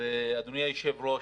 אדוני היושב-ראש,